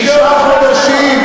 בתשעה חודשים,